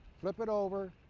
flip it over,